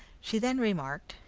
she then remarked,